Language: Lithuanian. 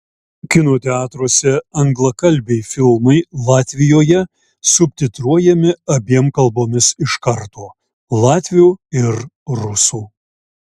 kino teatruose anglakalbiai filmai latvijoje subtitruojami abiem kalbomis iš karto latvių ir rusų